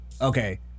Okay